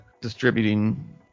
distributing